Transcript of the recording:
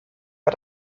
war